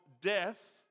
death